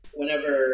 whenever